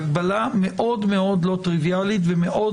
זו הגבלה מאוד מאוד לא טריוויאלית ומאוד